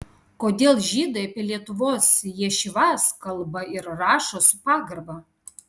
kodėl žydai apie lietuvos ješivas kalba ir rašo su pagarba